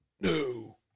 no